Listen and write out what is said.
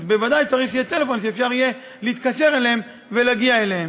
אז בוודאי צריך שיהיה טלפון שאפשר יהיה להתקשר אליהם ולהגיע אליהם.